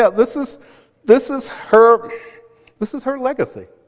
yeah this is this is her this is her legacy.